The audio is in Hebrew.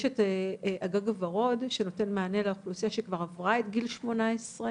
יש את ה'גג הוורוד' שנותן מענה לאוכלוסייה שכבר עברה את גיל 18,